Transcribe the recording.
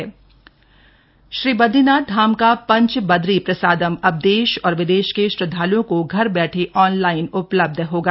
पंच बदरी प्रसादम श्री बद्रीनाथ धाम का पंच बदरी प्रसादम अब देश और विदेश के श्रदवाल्ओं को घर बैठे ऑनलाइन उपलब्ध होगा